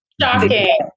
shocking